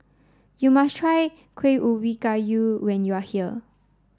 you must try Kueh Ubi Kayu when you are here